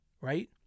right